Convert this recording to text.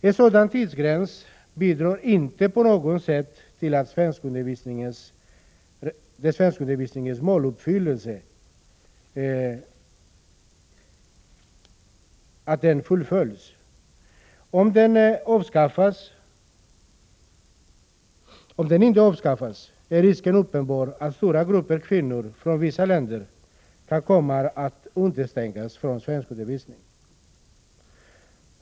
En sådan tidsgräns bidrar inte på något sätt till svenskundervisningens måluppfyllelse. Om denna tidsgräns inte avskaffas är risken uppenbar att stora grupper kvinnor från vissa länder kommer att utestängas från svenskundervisning.